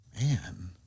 man